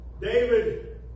David